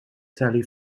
tally